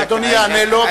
אדוני יענה לו.